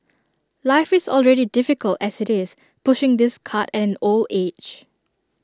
life is already difficult as IT is pushing this cart an old age